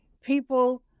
people